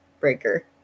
breaker